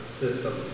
system